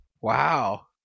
Wow